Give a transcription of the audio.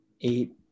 eight